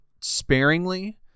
sparingly